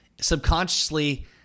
subconsciously